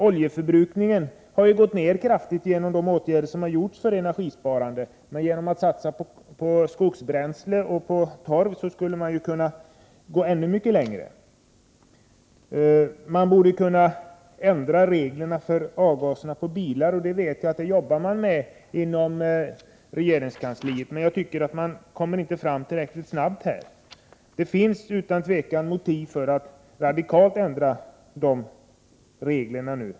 Oljeförbrukningen har ju gått ner kraftigt genom de åtgärder som vidtagits för energisparande, men genom att satsa på skogsbränsle och torv skulle man kunna gå ännu mycket längre. Man borde kunna ändra reglerna för avgaser från bilar. Jag vet att man arbetar med detta inom regeringskansliet, men jag tycker inte att man kommer fram tillräckligt snabbt. Det finns utan tvivel motiv för att radikalt ändra dessa regler nu.